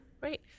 Great